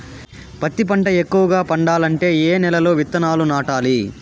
పత్తి పంట ఎక్కువగా పండాలంటే ఏ నెల లో విత్తనాలు నాటాలి?